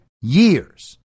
years